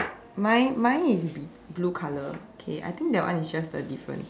mine mine is b~ blue colour okay I think that one is just the difference